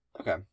Okay